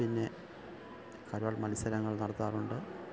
പിന്നെ കരോൾ മത്സരങ്ങൾ നടത്താറുണ്ട്